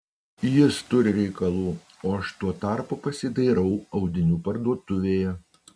jis turi reikalų o aš tuo tarpu pasidairau audinių parduotuvėje